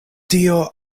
tio